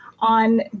on